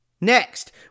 Next